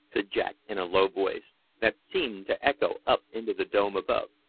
said jack in a low voice, that seemed to echo up into the dome above.